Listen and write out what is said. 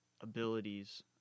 abilities